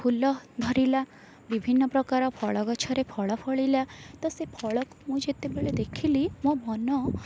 ଫୁଲ ଧରିଲା ବିଭିନ୍ନ ପ୍ରକାର ଫଳ ଗଛରେ ଫଳ ଫଳିଲା ତ ସେ ଫଳକୁ ମୁଁ ଯେତେବେଳେ ଦେଖିଲି ମୋ ମନ